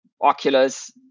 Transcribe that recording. Oculus